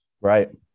Right